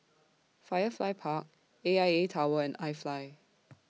Firefly Park A I A Tower and IFly